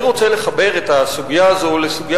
אני רוצה לחבר את הסוגיה הזו לסוגיה